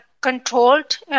controlled